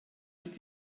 ist